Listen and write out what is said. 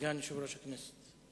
סגן יושב-ראש הכנסת.